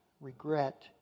regret